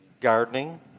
Gardening